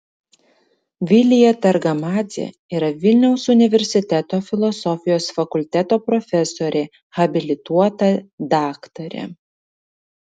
vilija targamadzė yra vilniaus universiteto filosofijos fakulteto profesorė habilituota daktarė